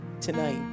tonight